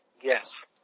Yes